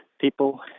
People